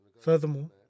Furthermore